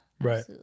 right